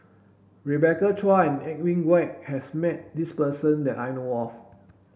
Rebecca Chua and Edwin Koek has met this person that I know of